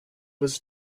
was